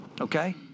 Okay